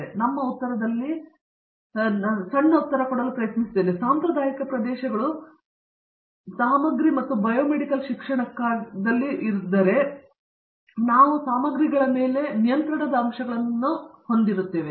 ಆದ್ದರಿಂದ ನಮ್ಮ ಉತ್ತರದಲ್ಲಿ ಸಣ್ಣ ಉತ್ತರವನ್ನು ಮಾಡಲು ಸಾಂಪ್ರದಾಯಿಕ ಪ್ರದೇಶಗಳು ಸಾಮಗ್ರಿ ಮತ್ತು ಬಯೋಮೆಡಿಕಲ್ ಶಿಕ್ಷಣಕ್ಕಾಗಿ ಸಾಮಗ್ರಿಗಳ ಮೇಲೆ ಮತ್ತು ನಿಯಂತ್ರಣದ ಅಂಶಗಳನ್ನು ಕೇಂದ್ರೀಕರಿಸಿದೆ